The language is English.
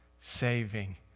saving